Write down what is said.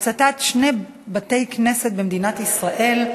3272 ו-3289 בנושא: הצתת שני בתי-כנסת במדינת ישראל,